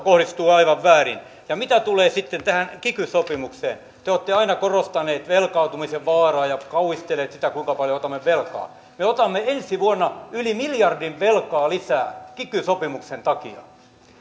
kohdistuu aivan väärin mitä tulee sitten tähän kiky sopimukseen te olette aina korostaneet velkaantumisen vaaraa ja kauhistelleet sitä kuinka paljon otamme velkaa me otamme ensi vuonna yli miljardin velkaa lisää kiky sopimuksen takia